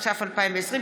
התש"ף 2020,